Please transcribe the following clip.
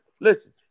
Listen